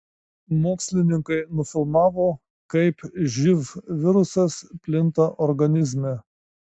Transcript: mokslininkai nufilmavo kaip živ virusas plinta organizme